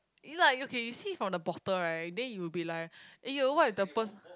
it's like okay you see from the bottle right then you will be like eh what if the per~